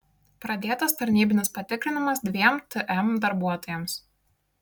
pradėtas tarnybinis patikrinimas dviem tm darbuotojams